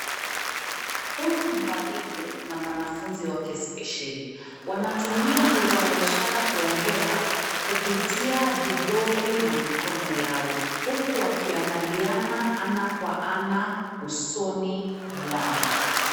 Huyu ni mwalimu na mwanafunzi wake spesheli. Wanatumia lugha ya ishara kuongea kupitia vidole na mikono yao, huku wakiangaliana ana kwa ana usoni mwao.